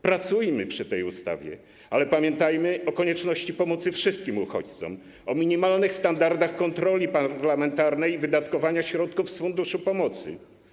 Pracujmy przy tej ustawie, ale pamiętajmy o konieczności pomocy wszystkim uchodźcom, o minimalnych standardach kontroli parlamentarnej wydatkowania środków z Funduszu Pomocy.